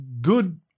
good